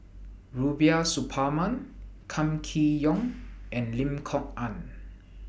Rubiah Suparman Kam Kee Yong and Lim Kok Ann